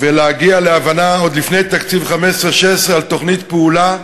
ולהגיע להבנה עוד לפני תקציב 15'-16' על תוכנית פעולה,